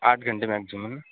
आठ घंटे मॅक्झिमम